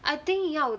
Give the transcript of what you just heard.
I think 要